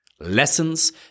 Lessons